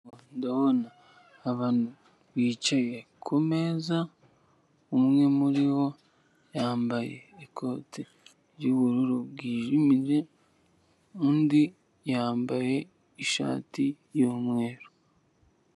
Ndabona abantu bicaye kumeza, umwe muri bo yambaye ikote ry'ubururu bwijimye, undi yambaye ishati y'umweru.